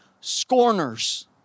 scorners